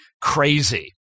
crazy